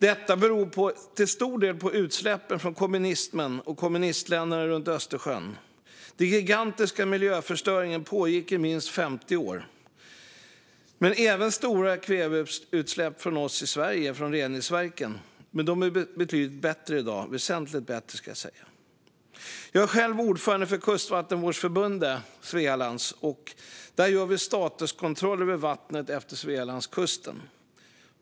Detta beror till stor del på kommunismen och utsläppen från kommunistländerna runt Östersjön. Den gigantiska miljöförstöringen pågick i minst 50 år. Det var även stora kväveutsläpp från våra reningsverk i Sverige, men där har det blivit väsentligt bättre. Jag är själv ordförande för Svealands kustvattenvårdsförbund. Där gör vi statuskontroller av vattnet längs Svealandskusten.